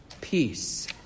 peace